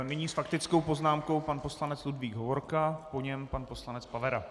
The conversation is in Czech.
Nyní s faktickou poznámkou pan poslanec Ludvík Hovorka, po něm pan poslanec Pavera.